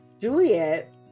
Juliet